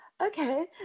okay